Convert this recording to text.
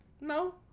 No